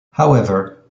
however